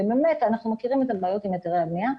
ובאמת אנחנו מכירים את הבעיות עם היתרי הבנייה,